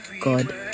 God